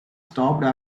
stopped